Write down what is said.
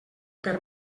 per